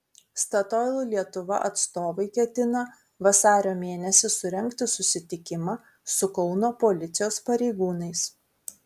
statoil lietuva atstovai ketina vasario mėnesį surengti susitikimą su kauno policijos pareigūnais